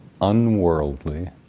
unworldly